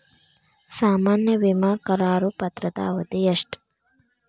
ಸಾಮಾನ್ಯ ವಿಮಾ ಕರಾರು ಪತ್ರದ ಅವಧಿ ಎಷ್ಟ?